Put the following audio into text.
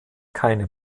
keine